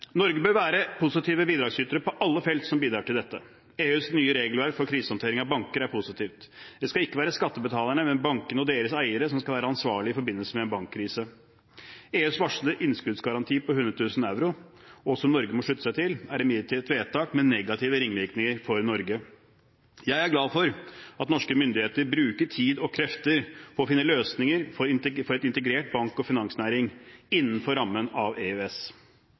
Norge bør være positiv bidragsyter på alle felt som bidrar til dette. EUs nye regelverk for krisehåndtering av banker er positivt. Det skal ikke være skattebetalerne, men bankene og deres eiere, som skal være ansvarlig i forbindelse med en bankkrise. EUs varslede innskuddsgaranti på 100 000 euro, og som Norge må slutte seg til, er imidlertid et vedtak med negative ringvirkninger for Norge. Jeg er glad for at norske myndigheter bruker tid og krefter på å finne løsninger for en integrert bank- og finansnæring innenfor rammen av EØS.